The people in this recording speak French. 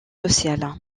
sociales